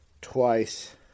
twice